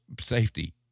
safety